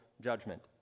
judgment